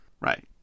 right